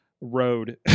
road